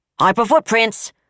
Hyperfootprints